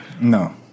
No